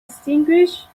extinguished